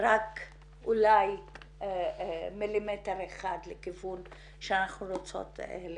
רק אולי מילימטר אחד לכיוון שאנחנו רוצות להתקדם.